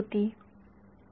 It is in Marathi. विद्यार्थीः